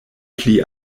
pli